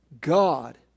God